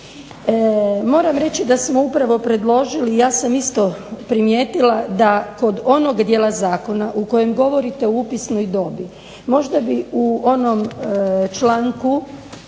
Moram reći da smo upravo predložili i ja sam isto primijetila da kod onog dijela zakona u kojem govorite o upisnoj dobi, možda bi u onom članku